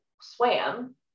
swam